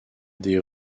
des